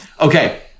okay